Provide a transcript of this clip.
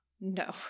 no